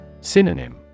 Synonym